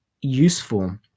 useful